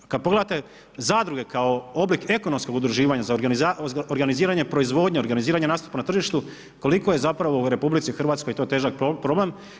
Kada pogledate zadruge kao oblik ekonomskog udruživanja za organiziranje proizvodnje, organiziranje nastupa na tržištu koliko je zapravo u RH to težak problem.